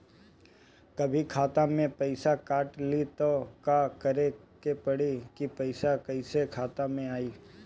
कभी खाता से पैसा काट लि त का करे के पड़ी कि पैसा कईसे खाता मे आई?